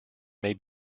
may